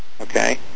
Okay